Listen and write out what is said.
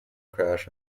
crash